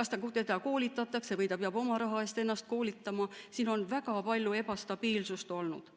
kas teda koolitatakse või ta peab oma raha eest ennast koolitama. Siin on väga palju ebastabiilsust olnud.